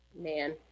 Man